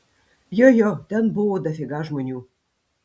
jo jo ten buvo dafiga žmonių